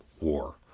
war